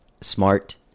smart